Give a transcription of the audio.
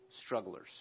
strugglers